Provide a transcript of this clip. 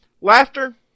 laughter